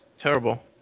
terrible